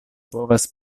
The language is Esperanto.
povas